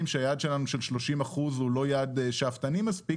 שהיעד שלנו של 30 אחוזים הוא לא יעד שאפתני מספיק,